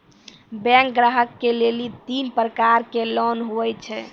Bank ग्राहक के लेली तीन प्रकर के लोन हुए छै?